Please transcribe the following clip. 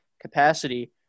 capacity